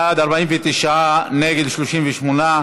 בעד, 49, נגד, 38,